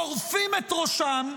עורפים את ראשם,